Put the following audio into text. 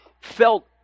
felt